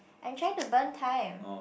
I'm trying to burn time